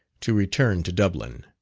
to return to dublin.